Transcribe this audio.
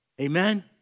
Amen